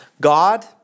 God